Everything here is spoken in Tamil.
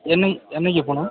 என்னக் என்னிக்கி போகணும்